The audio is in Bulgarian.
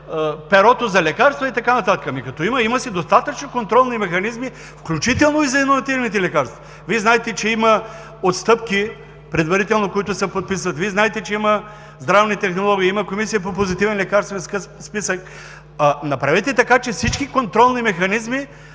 перото за лекарства и така нататък? Като има, има си достатъчно контролни механизми, включително и за иновативните лекарства. Вие знаете, че има отстъпки предварително, които се подписват. Вие знаете, че има здравни технологии, има Комисия по Позитивния лекарствен списък. Направете така че всички контролни механизми